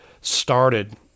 started